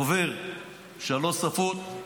דובר שלוש שפות,